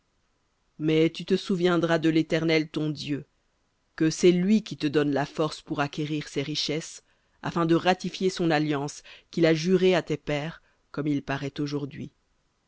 mais tu te souviendras de l'éternel ton dieu que c'est lui qui te donne de la force pour acquérir ces richesses afin de ratifier son alliance qu'il a jurée à tes pères comme aujourd'hui